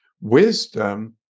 wisdom